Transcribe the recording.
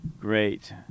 Great